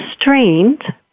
strained